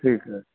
ਠੀਕ ਹੈ